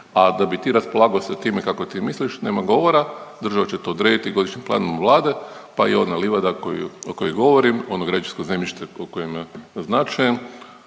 a da bi ti raspolagao sa time kako ti misliš, nema govora, država će to odrediti Godišnjim planom Vlade, pa i ona livada koju, o kojoj govorim, ono građevinsko zemljište po kojima naznačujem